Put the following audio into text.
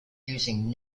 using